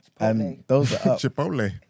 Chipotle